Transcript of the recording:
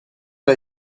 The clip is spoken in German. der